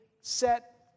set